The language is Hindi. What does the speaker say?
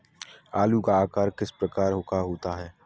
आलू का आकार किस प्रकार का होता है?